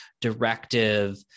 directive